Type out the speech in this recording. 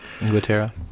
Inglaterra